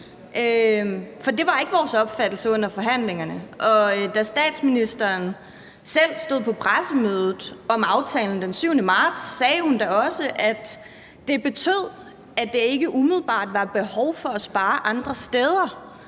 for det var ikke vores opfattelse under forhandlingerne, og statsministeren sagde da også selv på pressemødet om aftalen den 7. marts, at det betød, at der ikke umiddelbart var behov for at spare andre steder,